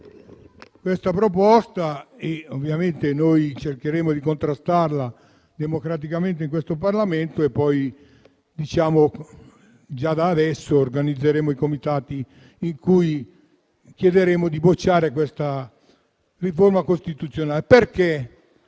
questa proposta e ovviamente noi cercheremo di contrastarla democraticamente in Parlamento. Già da adesso organizzeremo i comitati con cui chiederemo di bocciare questa riforma costituzionale. Intanto